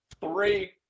Three